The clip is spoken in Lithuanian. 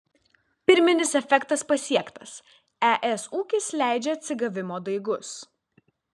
pirminis efektas pasiektas es ūkis leidžia atsigavimo daigus